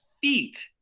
feet